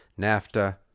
NAFTA